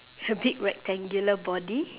a big rectangular body